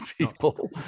people